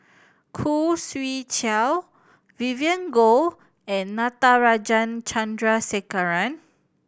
Khoo Swee Chiow Vivien Goh and Natarajan Chandrasekaran